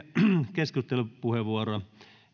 keskustelupuheenvuoroa